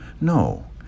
No